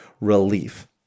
relief